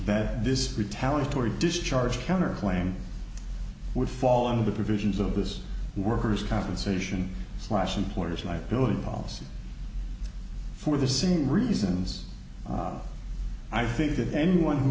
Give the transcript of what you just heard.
that this retaliatory discharge counterclaim would fall under the provisions of this worker's compensation slash importers liability policy for the same reasons i think that anyone who